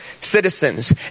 citizens